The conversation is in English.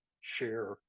share